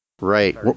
Right